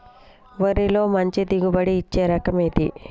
వరిలో మంచి దిగుబడి ఇచ్చే రకం ఏది?